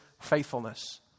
faithfulness